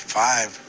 five